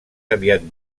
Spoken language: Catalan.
aviat